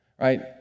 right